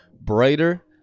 brighter